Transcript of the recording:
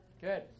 Good